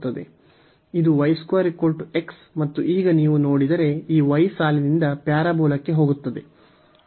ಇದು y 2 x ಮತ್ತು ಈಗ ನೀವು ನೋಡಿದರೆ ಈ y ಸಾಲಿನಿಂದ ಪ್ಯಾರಾಬೋಲಾಕ್ಕೆ ಹೋಗುತ್ತದೆ